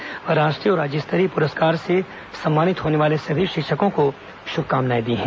मुख्यमंत्री ने राष्ट्रीय और राज्य स्तरीय पुरस्कार से सम्मानित होने वाले सभी शिक्षकों को शुभकामनाएं दी हैं